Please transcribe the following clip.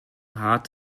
heart